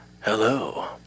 Hello